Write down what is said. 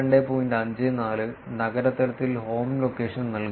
54 നഗര തലത്തിൽ home location നൽകുന്നു